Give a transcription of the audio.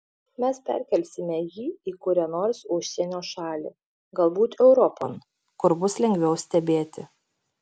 mes perkelsime jį į kurią nors užsienio šalį galbūt europon kur bus lengviau stebėti